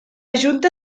junta